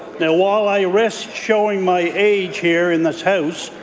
while i risk showing my age here in this house,